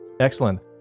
Excellent